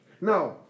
Now